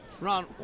Ron